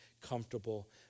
comfortable